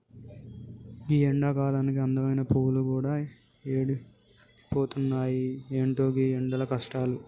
గీ ఎండకాలానికి అందమైన పువ్వులు గూడా ఎండిపోతున్నాయి, ఎంటో గీ ఎండల కష్టాలు